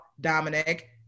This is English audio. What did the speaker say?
Dominic